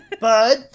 Bud